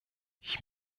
ich